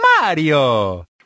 Mario